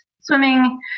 swimming